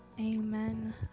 amen